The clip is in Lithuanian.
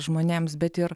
žmonėms bet ir